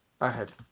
ahead